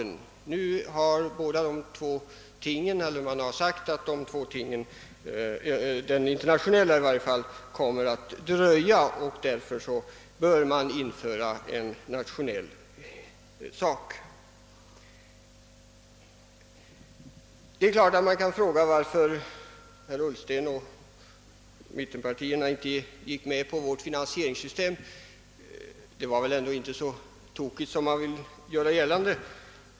Nu är man emellertid på det klara med att åtminstone den internationella överenskommelsen kommer att dröja, och detta är anledningen till att man bör införa en nationell investeringsgaranti. Man kan givetvis fråga sig varför herr Ullsten och de övriga i mittenpartierna inte gick med på vårt finansieringssystem, som ändå inte var så tokigt som man vill göra gällande.